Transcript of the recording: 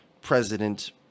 president